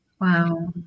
Wow